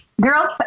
girls